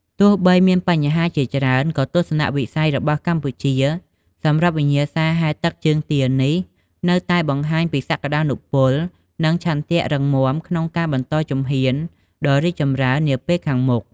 ទោះបីមានបញ្ហាជាច្រើន ក៏ទស្សនវិស័យរបស់កម្ពុជា សម្រាប់វិញ្ញាសាហែលទឹកជើងទានេះនៅតែបង្ហាញពីសក្ដានុពល និងឆន្ទៈរឹងមាំក្នុងការបន្តជំហានដ៏រីកចម្រើននាពេលខាងមុខ។